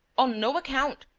on no account!